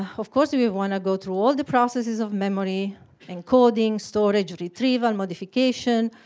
of course, we want to go through all the processes of memory encoding, storage, retrieval, modification.